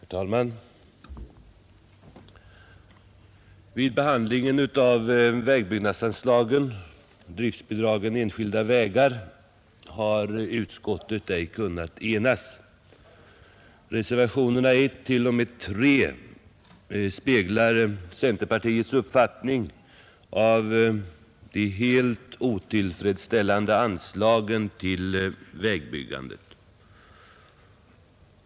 Herr talman! Vid behandlingen av vägbyggnadsanslagen, driftbidragen till enskilda vägar, har utskottet ej kunnat enas. Reservationerna 1, 2 och 3 speglar centerpartiets uppfattning om de helt otillfredsställande anslagen till vägbyggandet.